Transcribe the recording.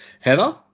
Heather